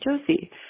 Josie